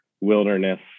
wilderness